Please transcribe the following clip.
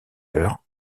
heure